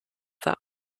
that